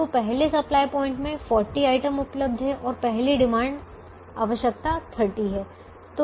अब पहले supply point में 40 वस्तु उपलब्ध हैं और पहली डिमांड आवश्यकता 30 है